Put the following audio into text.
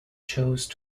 chose